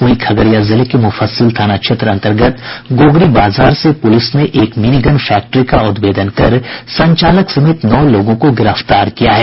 वहीं खगड़िया जिले के मुफस्सिल थाना क्षेत्र अंतर्गत गोगरी बाजार से पुलिस ने एक मिनीगन फैक्ट्री का उद्भेदन कर संचालक समेत नौ लोगों को गिरफ्तार किया है